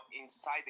inside